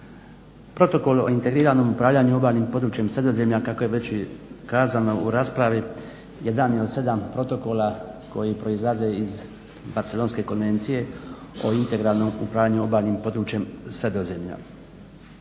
Protokol o integralnom upravljanju obalnim područjem Sredozemlja kako je već i kazano u raspravi jedan je od sedam protokola koji proizlaze iz Barcelonske konvencije o integralnom upravljanju obalnim područjem Sredozemlja.